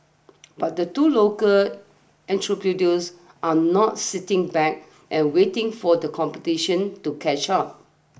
but the two local entrepreneurs are not sitting back and waiting for the competition to catch up